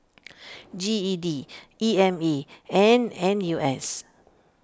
G E D E M A and N U S